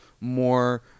more